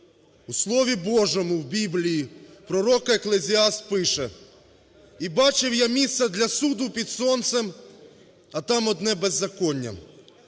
У Слові Божому в "Біблії" пророк Екклезіаст пише: "І бачив я місце для суду під сонцем, а там одне беззаконня".